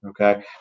Okay